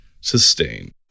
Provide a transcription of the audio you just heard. sustain